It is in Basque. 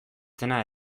dena